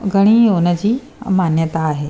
घणियूं हुन जी मान्यता आहे